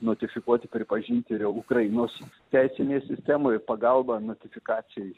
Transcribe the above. notifikuoti pripažiti ir ukrainos teisinėj sistemoj ir pagalba notifikacijai